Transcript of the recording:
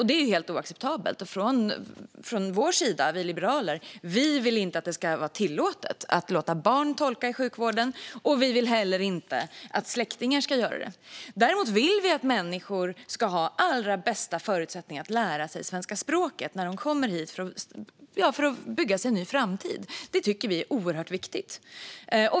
Det är ju helt oacceptabelt. Vi liberaler vill inte att det ska vara tillåtet att låta barn tolka i sjukvården. Vi vill heller inte att släktingar ska göra det. Däremot vill vi att människor ska ha de allra bästa förutsättningarna att lära sig svenska språket när de kommer hit för att bygga sig en ny framtid. Det tycker vi är oerhört viktigt.